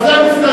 בזה אני,